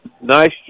nice